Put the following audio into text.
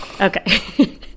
Okay